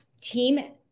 team